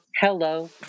Hello